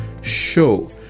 show